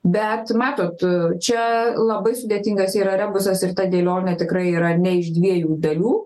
bet matot čia labai sudėtingas yra rebusas ir ta dėlionė tikrai yra ne iš dviejų dalių